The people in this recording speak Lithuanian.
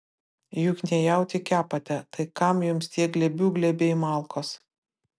juk ne jautį kepate tai kam jums tie glėbių glėbiai malkos